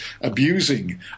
abusing